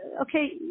okay